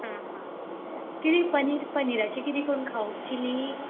हां हां किदें पनीर पनिराची किदें करून खावप चिली